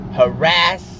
harass